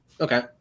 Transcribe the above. Okay